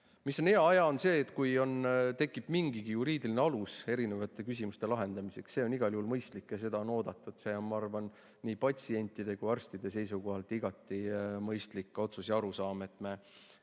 Mis on hea? Hea on see, et kui tekib mingigi juriidiline alus erinevate küsimuste lahendamiseks, see on igal juhul mõistlik ja seda on oodatud. See on, ma arvan, nii patsientide kui ka arstide seisukohalt igati mõistlik otsus ja arusaam, et me